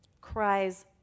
cries